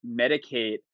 medicate